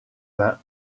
bains